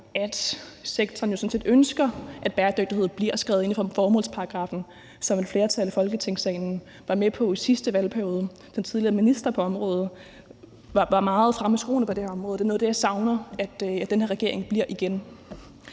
set ønsker, at bæredygtighed bliver skrevet ind i formålsparagraffen, som et flertal i Folketingssalen var med på i sidste valgperiode. Den tidligere minister på området var meget fremme i skoene på det her område, og det er noget af det, jeg savner at den her regering bliver igen.